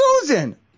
Susan